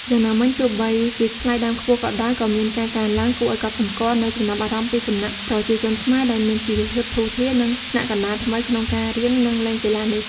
យ៉ាងណាមិញ ទោះបីជាថ្លៃដើមខ្ពស់ក៏ដោយ ក៏មានការកើនឡើងគួរឲ្យកត់សម្គាល់នូវចំណាប់អារម្មណ៍ពីសំណាក់ ប្រជាជនខ្មែរដែលមានជីវភាពធូរធារ និងថ្នាក់កណ្ដាលថ្មី ក្នុងការរៀន និងលេងកីឡានេះ។